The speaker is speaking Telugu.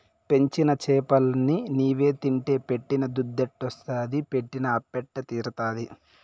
పెంచిన చేపలన్ని నీవే తింటే పెట్టిన దుద్దెట్టొస్తాది పెట్టిన అప్పెట్ట తీరతాది